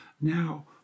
now